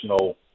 no